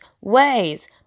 ways